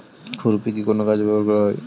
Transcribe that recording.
খুরপি কি কোন কাজে ব্যবহার করা হয়?